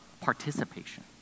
participation